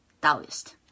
Taoist